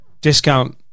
Discount